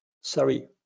Sorry